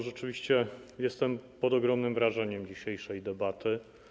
Rzeczywiście jestem pod ogromnym wrażeniem dzisiejszej debaty.